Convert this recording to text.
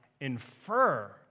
infer